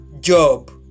job